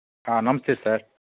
నమస్తే సార్